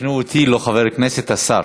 תיקנו אותי, לא חבר הכנסת, השר.